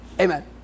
Amen